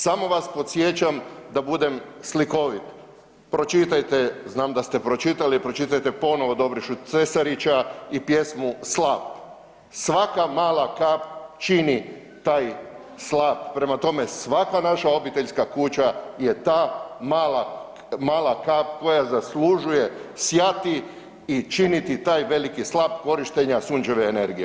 Samo vas podsjećam, da budem slikovit, pročitajte znam da ste pročitali, pročitajte ponovo Dobrišu Cesarića i pjesmu „Slap“, svaka mlaka kap čini taj slap prema tome, svaka naša obiteljska kuća je ta mala kap koja zaslužuje sjati i činiti taj veliki slap korištenja sunčeve energije.